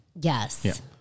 Yes